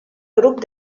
grup